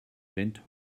bent